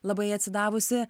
labai atsidavusi